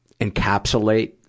encapsulate